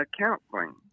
counseling